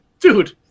dude